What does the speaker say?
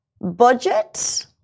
budget